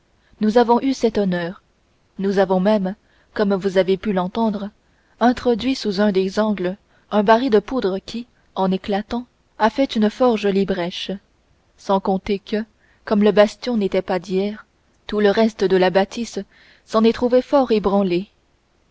nous avons eu cet honneur nous avons même comme vous avez pu l'entendre introduit sous un des angles un baril de poudre qui en éclatant a fait une fort jolie brèche sans compter que comme le bastion n'était pas d'hier tout le reste de la bâtisse s'en est trouvé fort ébranlé